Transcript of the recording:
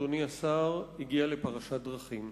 אדוני השר, הגיע לפרשת דרכים.